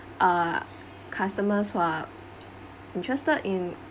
uh customers who are interested in